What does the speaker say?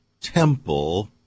temple